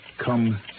Come